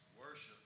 Worship